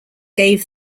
gave